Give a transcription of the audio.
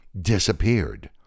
disappeared